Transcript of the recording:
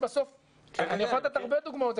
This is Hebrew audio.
אני יכול לתת הרבה דוגמאות,